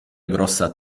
grossa